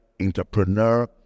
entrepreneur